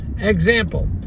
Example